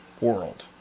world